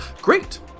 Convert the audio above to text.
Great